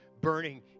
burning